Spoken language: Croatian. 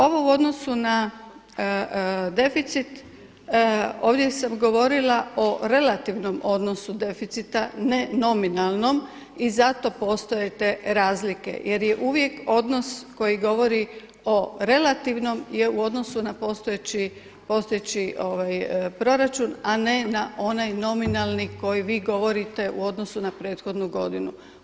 Ovo u odnosu na deficit ovdje sam govorila o relativnom odnosu deficita, ne nominalnom i zato postoje te razlike jer je uvijek odnos koji govori o relativnom je u odnosu na postojeći proračun, a ne na onaj nominalni koji vi govorite u odnosu na prethodnu godinu.